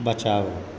बचाओ